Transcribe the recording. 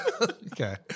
Okay